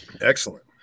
Excellent